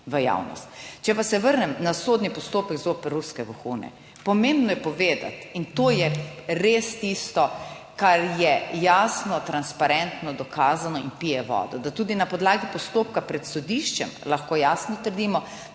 v javnost. Če pa se vrnem na sodni postopek zoper ruske vohune, pomembno je povedati, in to je res tisto, kar je jasno, transparentno dokazano in pije vodo, da tudi na podlagi postopka pred sodiščem lahko jasno trdimo,